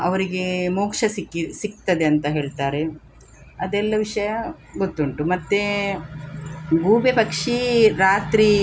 ಅವರಿಗೆ ಮೋಕ್ಷ ಸಿಕ್ಕಿ ಸಿಗ್ತದೆ ಅಂತ ಹೇಳ್ತಾರೆ ಅದೆಲ್ಲ ವಿಷಯ ಗೊತ್ತುಂಟು ಮತ್ತು ಗೂಬೆ ಪಕ್ಷಿ ರಾತ್ರಿ